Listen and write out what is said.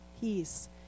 peace